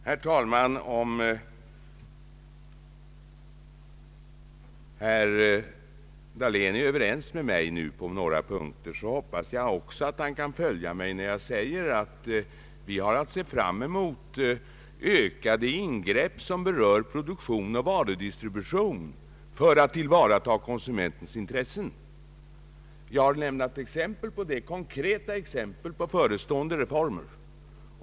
Herr talman! Om herr Dahlén är överens med mig nu på några punkter, hoppas jag att han också kan följa mig när jag säger att vi har att se fram emot ökade ingrepp som berör produktion och varudistribution för att tillvarata konsumentens intressen. Jag har lämnat konkreta exempel på förestående reformer.